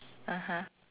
uh-huh